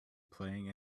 playing